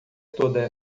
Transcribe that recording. toda